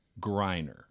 Griner